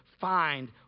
find